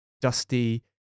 dusty